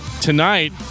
tonight